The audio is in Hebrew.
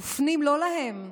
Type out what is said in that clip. מופנים לא להם,